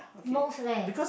most leh